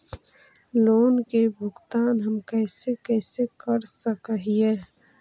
Loan के भुगतान हम कैसे कैसे कर सक हिय?